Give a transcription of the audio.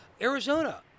Arizona